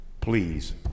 Please